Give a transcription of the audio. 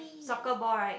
soccer ball right